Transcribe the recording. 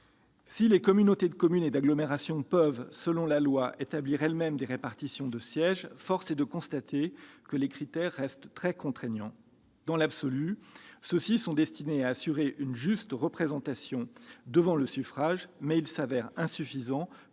Si les communautés de communes et d'agglomération peuvent, selon la loi, établir elles-mêmes des répartitions de sièges, force est de constater que les critères restent très contraignants. Dans l'absolu, ceux-ci sont destinés à assurer une juste représentation devant le suffrage, mais ils s'avèrent insuffisants pour assurer un fonctionnement